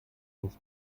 uns